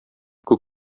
күк